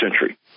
century